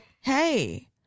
hey